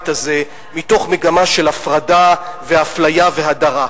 הזה מתוך מגמה של הפרדה ואפליה והדרה,